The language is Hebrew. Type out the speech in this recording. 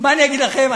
מה אני אגיד לכם?